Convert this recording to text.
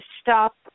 stop